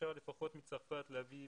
אפשר לפחות מצרפת להביא,